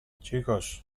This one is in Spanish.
chicos